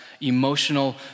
emotional